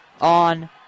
on